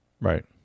Right